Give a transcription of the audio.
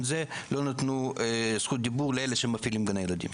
הזה לא נתנו זכות דיבור לאלה שמפעילים גני ילדים.